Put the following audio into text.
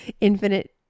infinite